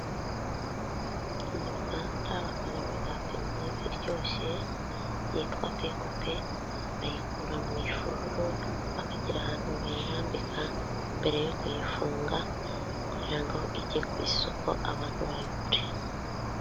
Mu ruganda bakora imigati myiza iryoshye yitwa pekupe, bayikura mu ifuru bakagira ahantu ahantu bayirambika mbere yo kuyifunga kugira ngo ijye ku isoko abantu bayigure.